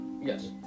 yes